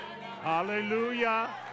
Hallelujah